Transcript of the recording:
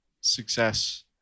success